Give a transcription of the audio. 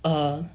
err